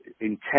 intent